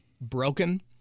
broken